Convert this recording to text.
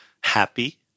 happy